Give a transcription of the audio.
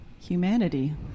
humanity